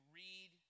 read